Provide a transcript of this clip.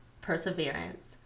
perseverance